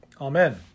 Amen